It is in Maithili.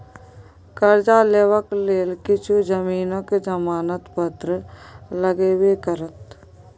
करजा लेबाक लेल किछु जमीनक जमानत पत्र लगबे करत